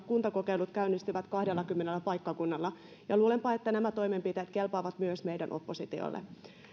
kuntakokeilut käynnistyvät kahdellakymmenellä paikkakunnalla ja luulenpa että nämä toimenpiteet kelpaavat myös meidän oppositiolle